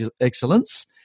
excellence